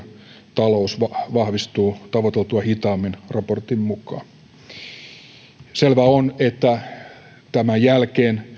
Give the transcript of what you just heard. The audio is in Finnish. talous vahvistuu tavoiteltua hitaammin raportin mukaan selvää on että tämän jälkeen